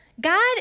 God